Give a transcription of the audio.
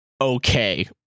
okay